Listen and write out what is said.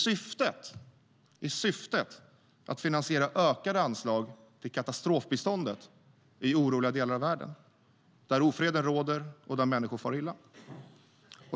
Syftet skulle vara att finansiera ökade anslag till katastrofbiståndet i oroliga delar av världen där ofreden råder och människor far illa.